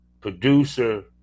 producer